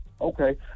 Okay